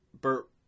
Bert